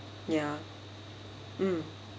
ya mm